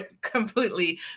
completely